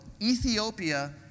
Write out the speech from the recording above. Ethiopia